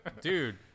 Dude